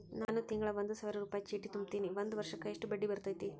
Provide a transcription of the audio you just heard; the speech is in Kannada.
ನಾನು ತಿಂಗಳಾ ಒಂದು ಸಾವಿರ ರೂಪಾಯಿ ಚೇಟಿ ತುಂಬತೇನಿ ಒಂದ್ ವರ್ಷಕ್ ಎಷ್ಟ ಬಡ್ಡಿ ಬರತೈತಿ?